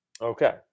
Okay